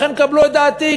לכן קבלו את דעתי,